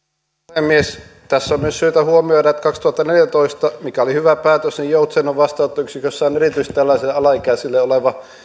puhemies tässä on myös syytä huomioida että kaksituhattaneljätoista oli hyvä päätös joutsenon vastaanottoyksikössä on erityisesti tällaisille alaikäisille oleva